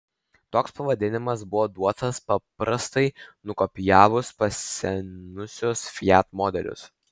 toks pavadinimas buvo duotas prastai nukopijavus pasenusius fiat modelius